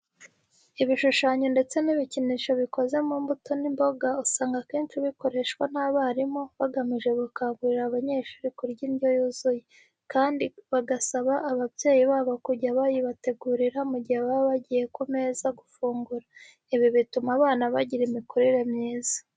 Ibishushanyo ndetse n'ibikinisho bikoze mu mbuto n'imboga usanga akenshi bikoreshwa n'abarimu bagamije gukangurira abanyeshuri kurya indyo yuzuye, kandi bagasaba ababyeyi babo kujya bayibategurira mu gihe baba bagiye ku meza gufungura. Ibi bituma abana bagira imikurire myiza.